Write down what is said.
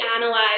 analyze